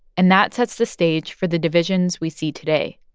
and that sets the stage for the divisions we see today,